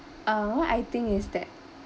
uh what I think is that